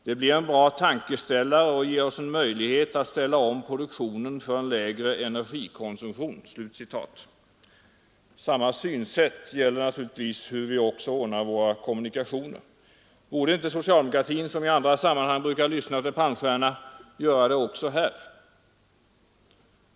Det blir en bra tankeställare och ger oss möjlighet att ställa om produktionen för en lägre energikonsumtion.” Samma synsätt gäller naturligtvis i fråga om hur vi ordnar våra kommunikationer. Borde inte socialdemokratin — som i andra sammanhang lyssnar till Palmstierna — göra det också här?